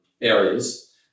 areas